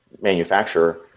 manufacturer